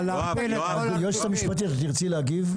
היועצת המשפטית תרצי להגיב?